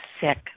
sick